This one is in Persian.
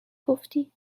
گفتی